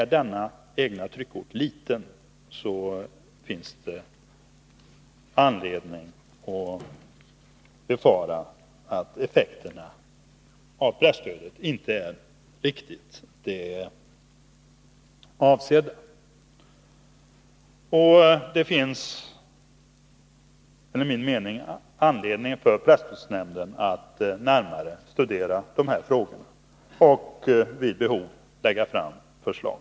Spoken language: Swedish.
Är tryckorten liten, finns det anledning att befara att effekterna i fråga om presstödet inte blir de avsedda. Det finns enligt min mening anledning för presstödsnämnden att närmare studera dessa frågor och vid behov lägga fram förslag.